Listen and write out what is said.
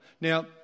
Now